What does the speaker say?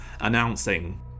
announcing